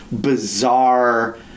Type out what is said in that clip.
bizarre